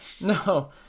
no